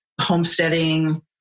homesteading